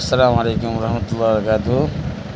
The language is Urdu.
السلام علیکم رحمتہ اللہ وبرکاتہ